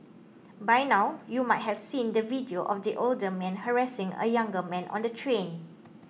by now you might have seen the video of the older man harassing a younger man on the train